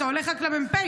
אתה הולך למ"פים.